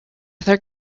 third